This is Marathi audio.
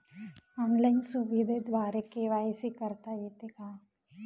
ऑनलाईन सुविधेद्वारे के.वाय.सी करता येते का?